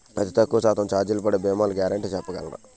అతి తక్కువ శాతం ఛార్జీలు పడే భీమాలు గ్యారంటీ చెప్పగలరా?